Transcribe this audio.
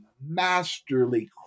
masterly